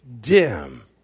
dim